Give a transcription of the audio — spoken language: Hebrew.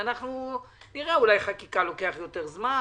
אולי לחקיקה לוקח יותר זמן.